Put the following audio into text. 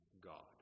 God